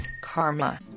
karma